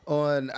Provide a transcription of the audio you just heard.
on